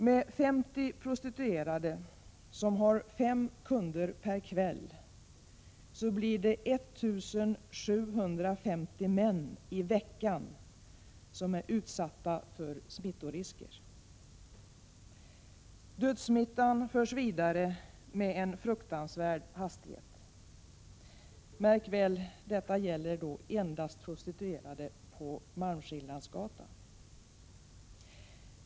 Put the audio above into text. Med 50 prostituerade som har fem kunder per kväll blir 1 750 män i veckan utsatta för smittorisker. Dödssmittan förs vidare med en fruktansvärd hastighet. Märk väl, detta gäller endast prostituerade på Malmskillnadsgatan!